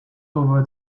over